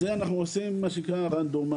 את זה אנחנו עושים בבדיקה רנדומלית,